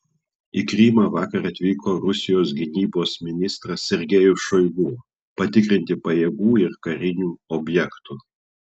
į krymą vakar atvyko rusijos gynybos ministras sergejus šoigu patikrinti pajėgų ir karinių objektų